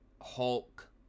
hulk